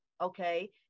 okay